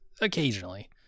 occasionally